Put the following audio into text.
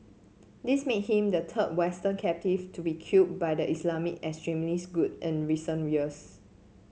this make him the third Western captive to be killed by the Islamist extremist group in recent years